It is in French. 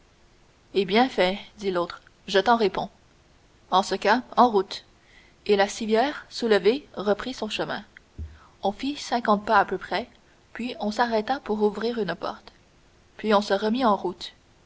et bien fait dit l'autre je t'en réponds en ce cas en route et la civière soulevée reprit son chemin on fit cinquante pas à peu près puis on s'arrêta pour ouvrir une porte puis on se remit en route